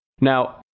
Now